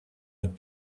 but